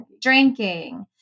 drinking